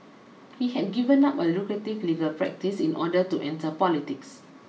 he had given up a lucrative legal practice in order to enter politics